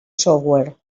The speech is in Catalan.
software